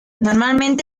normalmente